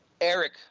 Eric